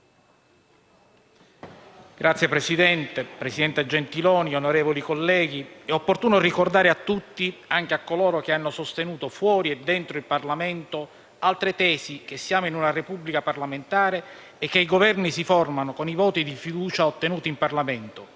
Signor Presidente, presidente Gentiloni Silveri, onorevoli colleghi, è opportuno ricordare a tutti, e anche a coloro che hanno sostenuto fuori e dentro il Parlamento altre tesi, che siamo in una Repubblica parlamentare e che i Governi si formano con i voti di fiducia ottenuti in Parlamento